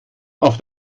auf